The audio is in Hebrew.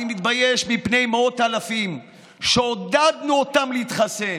אני מתבייש מפני מאות אלפים שעודדנו אותם להתחסן,